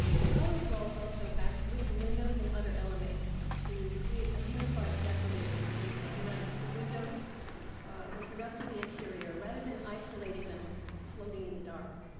the colored walls also act with the windows and other elements to create a unified decorative scheme that unites the windows with the rest of the interior rather than isolating them floating in the dark.